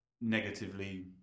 negatively